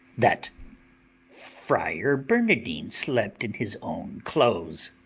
that friar barnardine slept in his own clothes